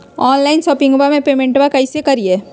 Online शोपिंगबा में पेमेंटबा कैसे करिए?